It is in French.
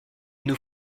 nous